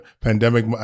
pandemic